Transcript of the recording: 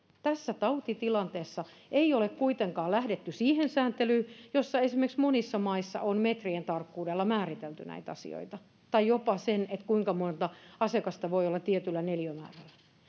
tässä tautitilanteessa ei ole kuitenkaan lähdetty siihen sääntelyyn jossa monissa maissa on esimerkiksi metrien tarkkuudella määritelty näitä asioita tai jopa se kuinka monta asiakasta voi olla tietyllä neliömäärällä